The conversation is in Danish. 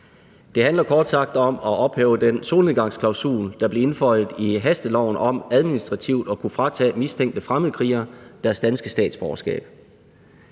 Det handler kort sagt om at ophæve den solnedgangsklausul, der blev indføjet i hasteloven om administrativt at kunne fratage mistænkte fremmedkrigere deres danske statsborgerskab.